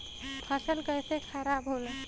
फसल कैसे खाराब होला?